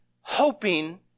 hoping